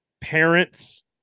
parents